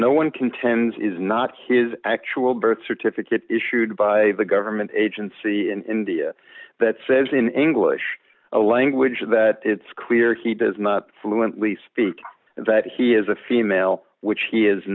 no one contends is not his actual birth certificate issued by the government agency in india that says in english language that it's clear he does not fluently speak that he is a female which he is